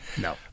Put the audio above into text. No